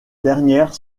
dernières